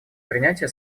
принятия